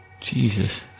Jesus